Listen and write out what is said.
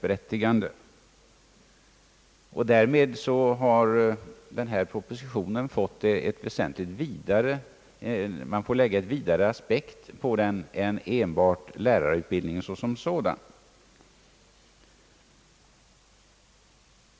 Därmed får man lägga en vidare aspekt på denna proposition än enbart den som gäller lärarutbildningen i och för sig.